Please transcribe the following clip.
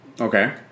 Okay